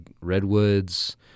Redwoods